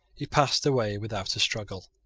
he passed away without a struggle.